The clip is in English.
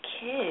kids